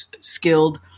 skilled